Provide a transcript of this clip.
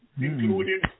including